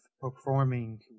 performing